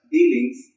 Dealings